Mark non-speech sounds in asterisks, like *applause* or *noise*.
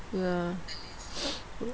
ya *noise*